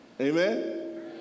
Amen